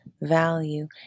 value